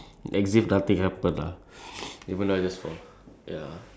ya like very awkward like the I have to get out from here as soon as possible